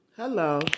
Hello